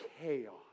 Chaos